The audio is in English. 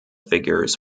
figures